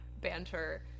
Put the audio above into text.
banter